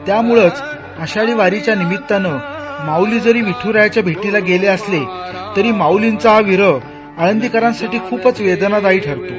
त्यामुळंच आषाढी वारीच्या निमित्तानं माउली जरी विदुरायाच्या भेटीला गेले असले तरी माउलींचा हा विरह आळदीकरांसाठी खूपच वेदनादायी ठरतो